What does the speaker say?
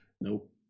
Nope